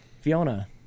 Fiona